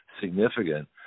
significant